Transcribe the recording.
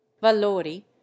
valori